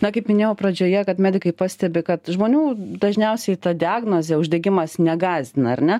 na kaip minėjau pradžioje kad medikai pastebi kad žmonių dažniausiai ta diagnozė uždegimas negąsdina ar ne